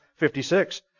56